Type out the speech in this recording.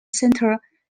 center